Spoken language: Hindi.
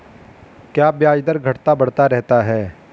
क्या ब्याज दर घटता बढ़ता रहता है?